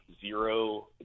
zero